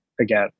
again